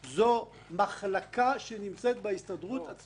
מחלקה שנמצאת בהסתדרות הציונית העולמית.